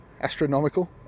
astronomical